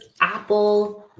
apple